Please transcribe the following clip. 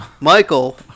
Michael